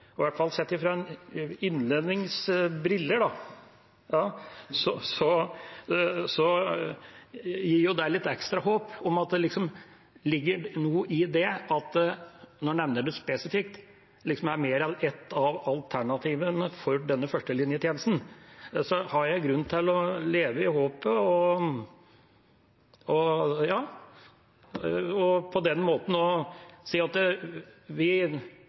hvert fall sett med en innlendings briller, gir jo det litt ekstra håp om at det ligger noe i det, at det når en nevner det spesifikt, er mer enn et av alternativene for denne førstelinjetjenesten. Så har jeg grunn til å leve i håpet? Jeg vil også si at vi støtter intensjonen til Senterpartiet og det forslaget som flere er med på der, men vi